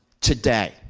today